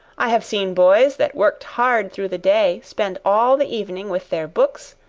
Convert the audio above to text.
i have seen boys that worked hard through the day, spend all the evening with their books,